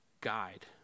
guide